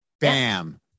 bam